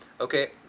Okay